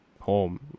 home